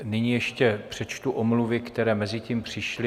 Nyní ještě přečtu omluvy, které mezitím přišly.